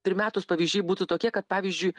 primetus pavyzdžiui būtų tokie kad pavyzdžiui